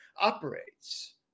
operates